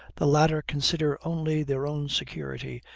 the latter consider only their own security,